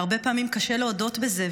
והרבה פעמים קשה להודות בזה.